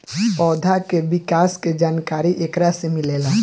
पौधा के विकास के जानकारी एकरा से मिलेला